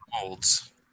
molds